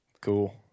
cool